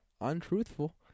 untruthful